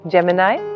Gemini